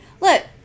look